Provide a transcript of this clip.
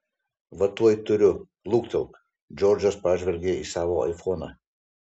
va tuoj turiu luktelk džordžas pažvelgė į savo aifoną